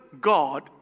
God